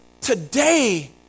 today